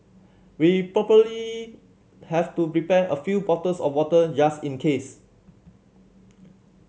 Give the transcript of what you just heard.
we probably have to prepare a few bottles of water just in case